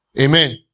Amen